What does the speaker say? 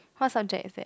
what subject is that